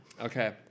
Okay